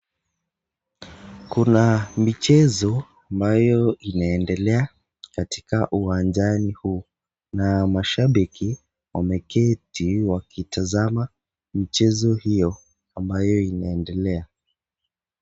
Kuna michezo ambayo inaendelea katika uwanjani huu na ashabiki wameketi wakitazama mchezo hiyo ambayo inaendelea.